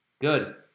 Good